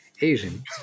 Asian